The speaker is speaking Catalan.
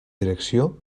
direcció